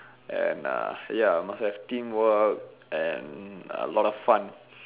and uh ya must have teamwork and a lot of fun